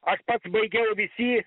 aš pats baigiau vysy